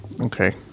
Okay